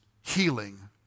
healing